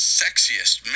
sexiest